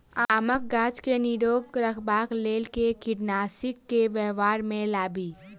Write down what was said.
आमक गाछ केँ निरोग रखबाक लेल केँ कीड़ानासी केँ व्यवहार मे लाबी?